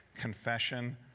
Confession